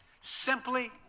Simply